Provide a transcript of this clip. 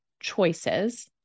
choices